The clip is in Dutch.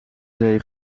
zee